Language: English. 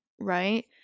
right